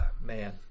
Man